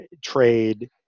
Trade